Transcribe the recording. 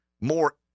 more